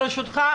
ברשותך,